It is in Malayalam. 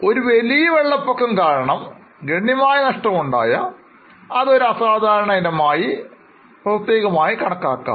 ഒരു വലിയ വെള്ളപ്പൊക്കം കാരണം ഗണ്യമായ നഷ്ടം ഉണ്ടായെങ്കിൽ അത് അസാധാരണമായ ഒരു ഇനമായി പ്രത്യേകം കാണിക്കാം